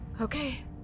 okay